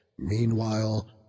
meanwhile